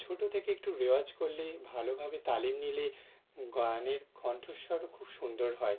ছোটো থেকে একটু রেওয়াজ করলে ভালোভাবে তালিম নিলেই গানের কন্ঠস্বরও খুব সুন্দর হয়